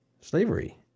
slavery